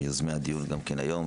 גם מיוזמי הדיון היום.